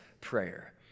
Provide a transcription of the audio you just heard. prayer